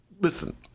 Listen